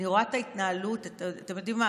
ואני רואה את ההתנהלות, אתם יודעים מה?